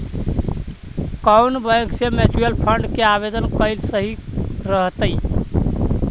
कउन बैंक से mutual fund के आवेदन कयल सही रहतई?